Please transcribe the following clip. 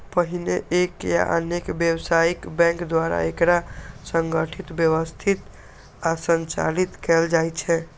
पहिने एक या अनेक व्यावसायिक बैंक द्वारा एकरा संगठित, व्यवस्थित आ संचालित कैल जाइ छै